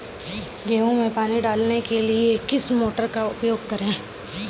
गेहूँ में पानी डालने के लिए किस मोटर का उपयोग करें?